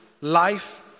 life